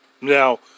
Now